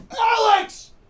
Alex